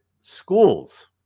schools